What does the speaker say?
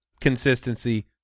consistency